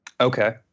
Okay